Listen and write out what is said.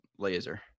laser